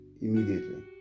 immediately